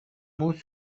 mot